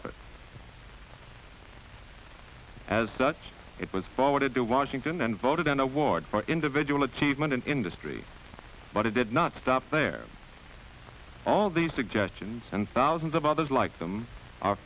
efforts as such it was forwarded to washington and voted an award for individual achievement and industry but it did not stop there all these suggestions and thousands of others like them are